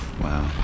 Wow